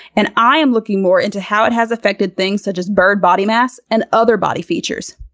and i am looking more into how it has affected things such as bird body mass and other body features.